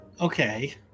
Okay